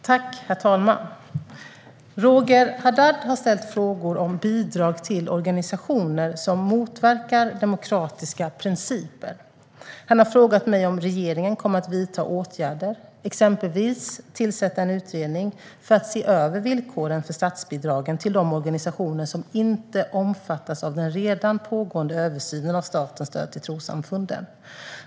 Herr talman! Roger Haddad har ställt frågor om bidrag till organisationer som motverkar demokratiska principer. Han har frågat mig om regeringen kommer att vidta åtgärder, exempelvis att tillsätta en utredning, för att se över villkoren för statsbidragen till de organisationer som inte omfattas av den redan pågående översynen av statens stöd till trossamfunden.